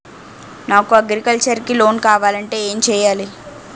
నాకు అగ్రికల్చర్ కి లోన్ కావాలంటే ఏం చేయాలి?